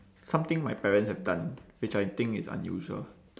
something my parents have done which I think is unusual